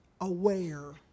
aware